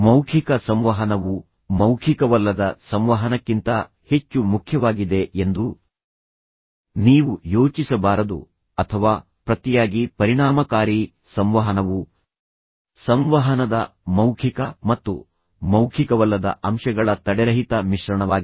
ಮೌಖಿಕ ಸಂವಹನವು ಮೌಖಿಕವಲ್ಲದ ಸಂವಹನಕ್ಕಿಂತ ಹೆಚ್ಚು ಮುಖ್ಯವಾಗಿದೆ ಎಂದು ನೀವು ಯೋಚಿಸಬಾರದು ಅಥವಾ ಪ್ರತಿಯಾಗಿ ಪರಿಣಾಮಕಾರಿ ಸಂವಹನವು ಸಂವಹನದ ಮೌಖಿಕ ಮತ್ತು ಮೌಖಿಕವಲ್ಲದ ಅಂಶಗಳ ತಡೆರಹಿತ ಮಿಶ್ರಣವಾಗಿದೆ